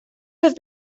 have